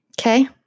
okay